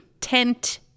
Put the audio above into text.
Tent